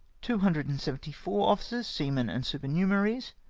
two hundred and seventy-four officers, seamen, and super numeraries.